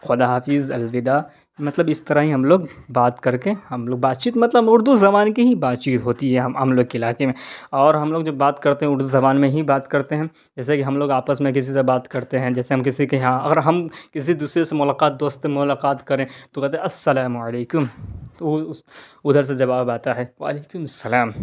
خدا حافظ الوداع مطلب اس طرح ہی ہم لوگ بات کر کے ہم لوگ بات چیت مطلب اردو زبان کی ہی بات چیت ہوتی ہے ہم لوگ کے علاقے میں اور ہم لوگ جو بات کرتے ہیں اردو زبان میں ہی بات کرتے ہیں جیسے کہ ہم لوگ آپس میں کسی سے بات کرتے ہیں جیسے ہم کسی کے یہاں اگر ہم کسی دوسرے سے ملاقات دوست ملاقات کریں تو کہتے ہیں السلام علیکم تو ادھر سے جواب آتا ہے وعلیکم السلام